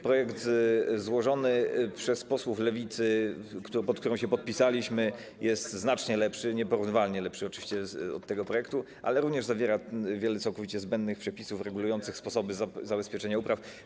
Projekt złożony przez posłów Lewicy, pod którym się podpisaliśmy, jest oczywiście znacznie lepszy, nieporównywalnie lepszy od tego projektu, ale również zawiera wiele całkowicie zbędnych przepisów regulujących sposoby zabezpieczenia upraw.